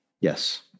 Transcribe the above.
Yes